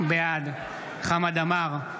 בעד חמד עמאר,